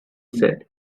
said